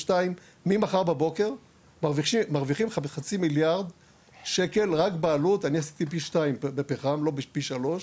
במהלך 2022 נהיה מוכנים ביחידה 1 באשקלון וביחידה 2 בהתאם ללוח הזמנים.